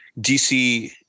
DC